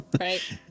Right